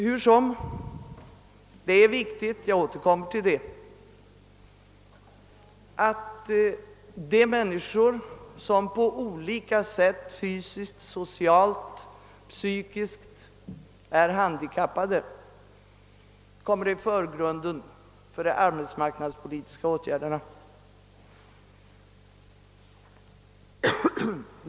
Hur som helst är det viktigt — jag återkommer till detta — att de män niskor som är fysiskt, socialt eller psykiskt handikappade kommer i förgrunden för de arbetsmarknadspolitiska åtgärderna.